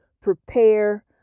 prepare